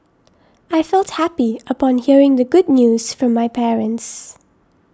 I felt happy upon hearing the good news from my parents